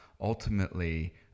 ultimately